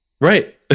Right